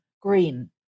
green